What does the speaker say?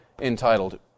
entitled